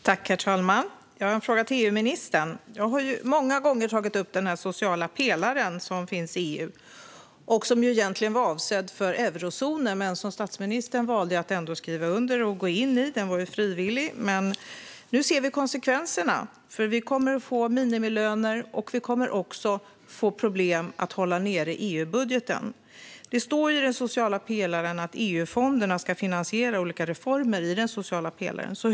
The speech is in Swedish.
Herr talman! Jag har en fråga till EU-ministern. Jag har många gånger tagit upp den sociala pelare som finns i EU och som egentligen var avsedd för eurozonen men som statsministern valde att skriva under och gå in i. Den var frivillig. Nu ser vi konsekvenserna. Vi kommer att få minimilöner. Vi kommer också att få problem att hålla nere EU-budgeten. Det står i den sociala pelaren att EU-fonderna ska finansiera olika reformer i den sociala pelaren.